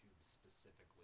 specifically